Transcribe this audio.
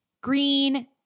green